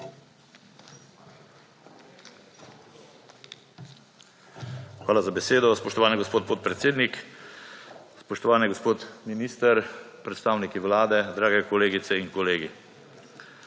Hvala za besedo. Spoštovani gospod podpredsednik, spoštovani gospod minister, predstavniki Vlade, drage kolegice in kolegi!